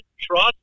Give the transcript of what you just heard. trust